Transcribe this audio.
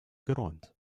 geräumt